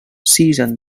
season